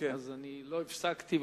לא הפסקתי,